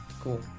Cool